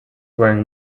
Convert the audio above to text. wearing